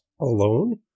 alone